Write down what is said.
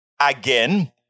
again